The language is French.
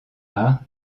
art